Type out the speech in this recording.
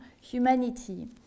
humanity